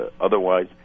otherwise